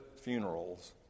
funerals